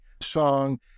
song